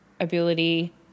ability